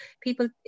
people